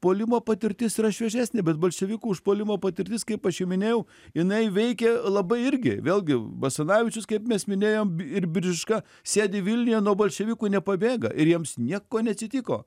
puolimo patirtis yra šviežesnė bet bolševikų užpuolimo patirtis kaip aš jau minėjau jinai veikė labai irgi vėlgi basanavičius kaip mes minėjom ir biržiška sėdi vilniuje nuo bolševikų nepabėga ir jiems nieko neatsitiko